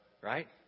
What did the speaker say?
right